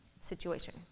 situation